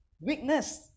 weakness